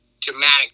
dramatic